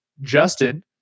Justin